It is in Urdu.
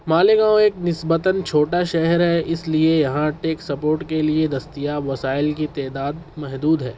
ماليگاؤں ايک نسبتاً ايک چھوٹا شہر ہے اس لیے یہاں ٹیک سپورٹ کے لیے دستیاب وسائل کی تعداد محدود ہے